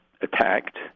attacked